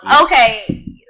Okay